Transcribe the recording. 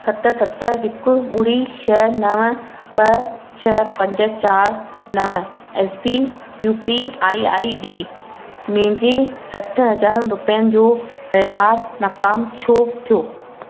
सत सत हिकु ॿुड़ी छह नव ॿ छह पंज चारि नव S B U P I I D मुंहिंजे सठि हज़ार रुपियनि जो वहिंवार नाकामु छो थियो